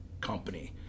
company